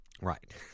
Right